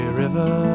river